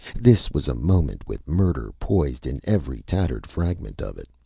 this was a moment with murder poised in every tattered fragment of it.